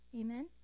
Amen